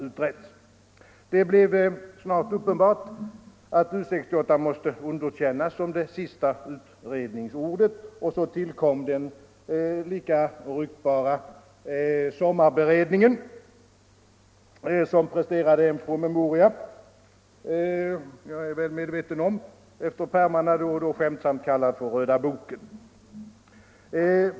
Det blev ganska snart uppenbart att U 68 måste underkännas som det sista utredningsordet, och så tillkom den lika ryktbara s.k. sommarberedningen, som presterade en promemoria vilken på grund av pärmarnas färg skämtsamt kallades röda boken.